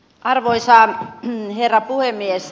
arvoisa herra puhemies